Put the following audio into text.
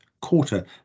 quarter